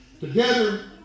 Together